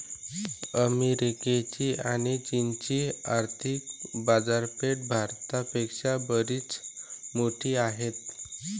अमेरिकेची आणी चीनची आर्थिक बाजारपेठा भारत पेक्षा बरीच मोठी आहेत